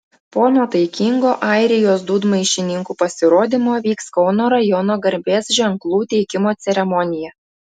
po nuotaikingo airijos dūdmaišininkų pasirodymo vyks kauno rajono garbės ženklų teikimo ceremonija